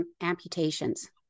amputations